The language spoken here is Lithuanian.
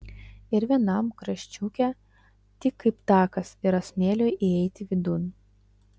ir vienam kraščiuke tik kaip takas yra smėlio įeiti vidun